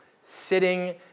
sitting